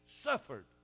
suffered